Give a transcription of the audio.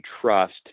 trust